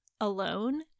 alone